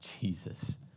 Jesus